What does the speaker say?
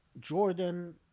Jordan